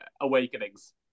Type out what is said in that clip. awakenings